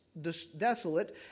desolate